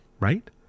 right